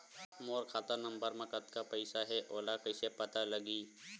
मोर खाता नंबर मा कतका पईसा हे ओला कइसे पता लगी?